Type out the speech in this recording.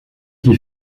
qui